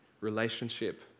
relationship